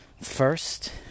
First